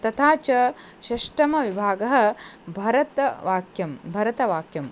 तथा च षष्ठः विभागः भरतवाक्यं भरतवाक्यम्